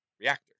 Reactor